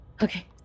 Okay